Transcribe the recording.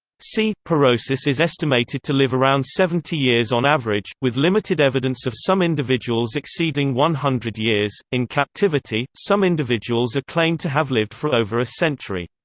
c. porosus is estimated to live around seventy years on average, with limited evidence of some individuals exceeding one hundred years in captivity, some individuals are claimed to have lived for over a century.